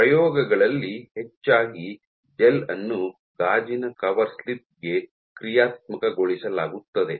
ಪ್ರಯೋಗಗಳಲ್ಲಿ ಹೆಚ್ಚಾಗಿ ಜೆಲ್ ಅನ್ನು ಗಾಜಿನ ಕವರ್ ಸ್ಲಿಪ್ ಗೆ ಕ್ರಿಯಾತ್ಮಕಗೊಳಿಸಲಾಗುತ್ತದೆ